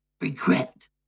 Regret